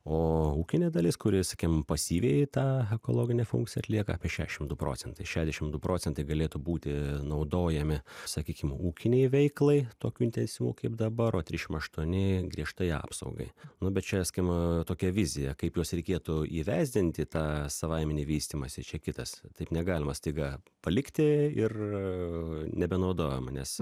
o ūkinė dalis kuri sakym pasyviai tą ekologinę funkciją atlieka apie šešim procentai šediašim du procentai galėtų būti naudojami sakykim ūkinei veiklai tokiu intensyvumu kaip dabar o trišim aštuoni griežtai apsaugai nu bet čia skim tokia vizija kaip juos reikėtų įvesdinti į tą savaiminį vystymąsi čia kitas taip negalima staiga palikti ir nebenaudojama nes